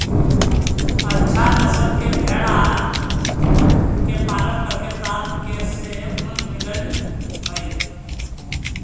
अच्छा नस्ल के भेडा के पालन करके प्राप्त केश से ऊन मिलऽ हई